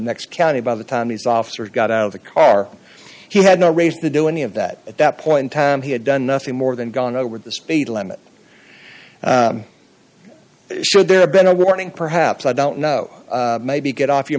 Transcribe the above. next county by the time his officer got out of the car he had no race to do any of that at that point time he had done nothing more than gone over the speed limit should there have been a warning perhaps i don't know maybe get off your